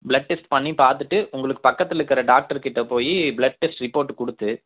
blood test பண்ணி பார்த்துட்டு உங்களுக்கு பக்கத்தில் இருக்கிற டாக்டர் கிட்ட போய் பிளட் டெஸ்ட் ரிப்போர்ட் கொடுத்து